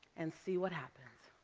and see what happens.